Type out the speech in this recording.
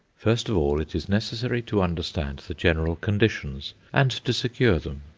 first of all, it is necessary to understand the general conditions, and to secure them.